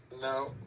No